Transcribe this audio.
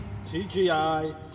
TGI